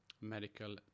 medical